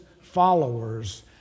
followers